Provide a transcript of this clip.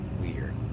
weird